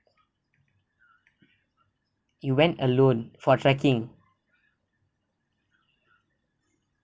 you went alone for trekking